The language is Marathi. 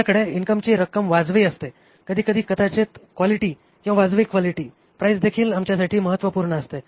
आमच्याकडे इनकमची रक्कम वाजवी असते कधीकधी कदाचित क्वालिटी किंवा वाजवी क्वालिटी प्राईसदेखील आमच्यासाठी महत्त्वपूर्ण असते